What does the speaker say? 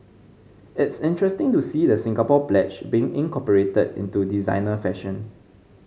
it's interesting to see the Singapore Pledge being incorporated into designer fashion